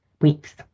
weeks